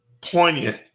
poignant